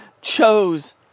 chose